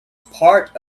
part